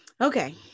okay